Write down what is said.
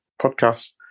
podcast